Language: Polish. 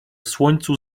słońcu